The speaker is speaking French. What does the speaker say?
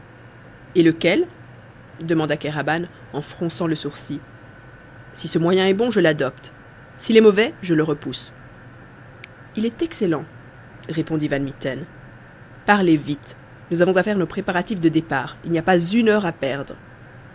et lequel demanda kéraban en fronçant le sourcil si ce moyen est bon je l'adopte s'il est mauvais je le repousse il est excellent répondit van mitten parlez vite nous avons à faire nos préparatifs de départ il n'y a pas une heure à perdre